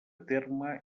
terme